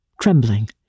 trembling